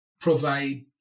provide